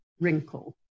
wrinkle